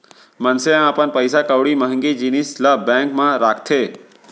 मनसे ह अपन पइसा कउड़ी महँगी जिनिस ल बेंक म राखथे